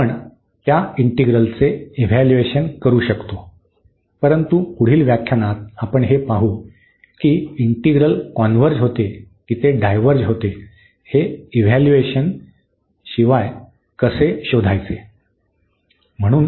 तर आपण त्या इंटीग्रलचे इव्हॅल्यूएशन करू शकतो परंतु पुढच्या व्याख्यानात आपण हे पाहू की इंटिग्रल कॉन्व्हर्ज होते की ते डायव्हर्ज होते हे इव्हॅल्यूएशन केल्याशिवाय कसे शोधायचे